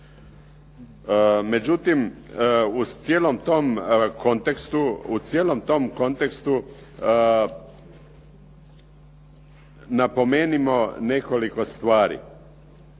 Međutim, u cijelom tom kontekstu napomenimo nekoliko stvari.